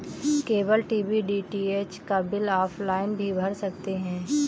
cable TV DTH का bill offline भी भर सकते हैं